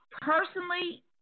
personally